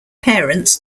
parents